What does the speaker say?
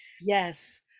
yes